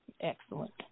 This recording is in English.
Excellent